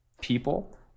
people